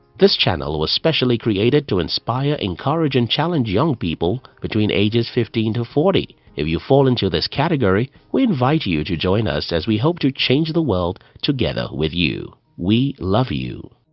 this channel was specially created to inspire, encourage and challenge young people between ages fifteen forty. if you fall into this category, we invite you to join us as we hope to change the world together with you. we love you!